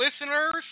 listeners